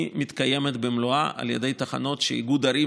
מתקיימת במלואה על ידי תחנות שאיגוד ערים,